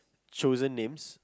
chosen names